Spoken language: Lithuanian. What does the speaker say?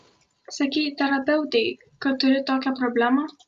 sakei terapeutei kad turi tokią problemą